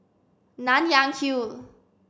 Nanyang Hill